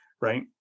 right